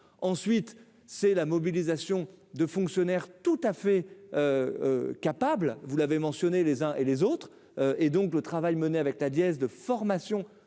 ensuite, c'est la mobilisation de fonctionnaires tout à fait capable, vous l'avez mentionné les uns et les autres et donc le travail mené avec ta dièse de formation